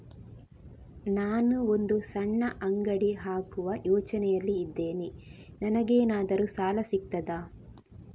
ನಾನು ಒಂದು ಸಣ್ಣ ಅಂಗಡಿ ಹಾಕುವ ಯೋಚನೆಯಲ್ಲಿ ಇದ್ದೇನೆ, ನನಗೇನಾದರೂ ಸಾಲ ಸಿಗ್ತದಾ?